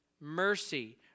Mercy